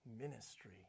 ministry